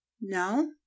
No